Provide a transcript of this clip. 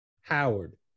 Howard